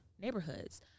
neighborhoods